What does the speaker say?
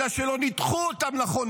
אלא שלא ניתחו אותם נכון,